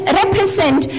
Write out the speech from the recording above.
represent